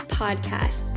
podcast